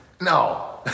No